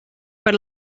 par